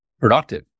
productive